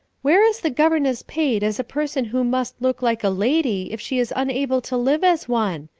where is the governess paid as a person who must look like a lady if she is unable to live as one?